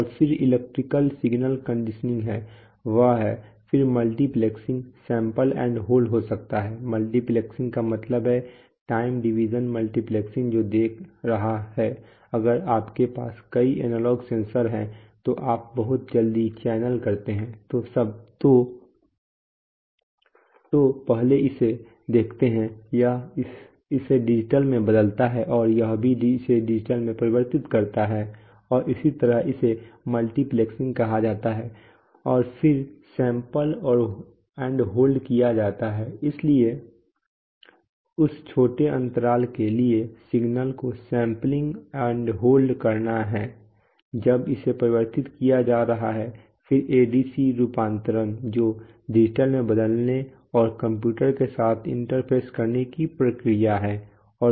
और फिर electrical signal conditioning है वह है फिर मल्टीप्लेक्सिंग सैंपल एंड होल्ड हो सकता है मल्टीप्लेक्सिंग का मतलब है टाइम डिवीजन मल्टीप्लेक्सिंग जो देख रहा है अगर आपके पास कई एनालॉग सेंसर हैं तो आप बहुत जल्दी चैनल स्कैन करते हैं तो पहले इसे देखते हैं यह इसे डिजिटल में बदलता हैं और यह भी इसे डिजिटल में परिवर्तित करता है और इसी तरह इसे मल्टीप्लेक्सिंग कहा जाता है और फिर सैंपल एंड होल्ड किया जाता है इसलिए उस छोटे अंतराल के लिए सिग्नल को सैंपलिंग और होल्ड करना जब इसे परिवर्तित किया जा रहा हो फिर एडीसी रूपांतरण जो डिजिटल में बदलने और कंप्यूटर के साथ इंटरफेस करने की प्रक्रिया है